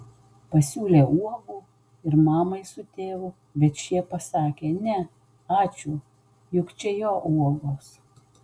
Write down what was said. pasiūlė uogų ir mamai su tėvu bet šie pasakė ne ačiū juk čia jo uogos